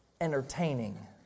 Entertaining